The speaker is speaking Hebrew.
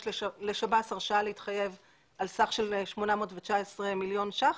לשב"ס הרשאה להתחייב על סך 819 מיליון שקל,